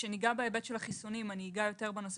כשניגע בהיבט של החיסונים אגע יותר בנושא